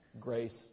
grace